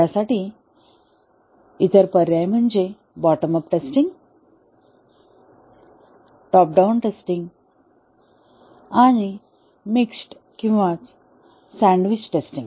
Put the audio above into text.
यासाठी इतर पर्याय म्हणजे bottom up testing top down testing आणि मिक्स्ड किंवा सँडविच टेस्टिंग